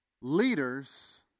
Leaders